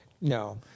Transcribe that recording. No